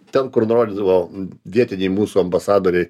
ten kur nurodydavo vietiniai mūsų ambasadoriai